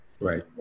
Right